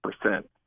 percent